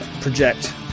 project